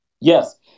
yes